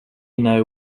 know